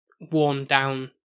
worn-down